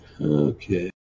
Okay